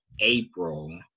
April